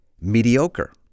mediocre